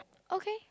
okay